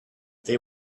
they